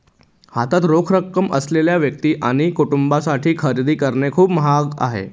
हातात रोख रक्कम असलेल्या व्यक्ती आणि कुटुंबांसाठी खरेदी करणे खूप महाग आहे